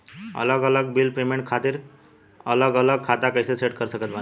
अलग अलग bill payment खातिर अलग अलग खाता कइसे सेट कर सकत बानी?